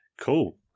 cool